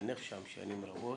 התחנך שם שנים רבות.